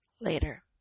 later